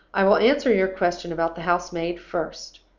i will answer your question about the house-maid first.